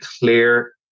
clear